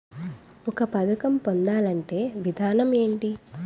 ఒక పథకం పొందాలంటే విధానం ఏంటి?